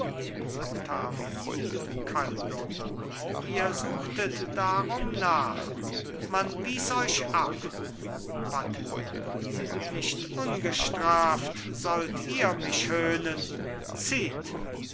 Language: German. kalt ihr suchtet darum nach man wies euch ab buttler nicht ungestraft sollt ihr mich höhnen zieht